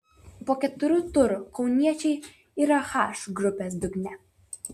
po keturių turų kauniečiai yra h grupės dugne